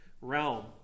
realm